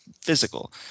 physical